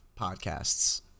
podcasts